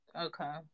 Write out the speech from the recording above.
Okay